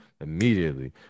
immediately